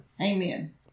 Amen